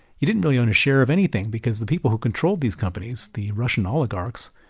you didn't really own a share of anything because the people who controlled these companies, the russian oligarchs,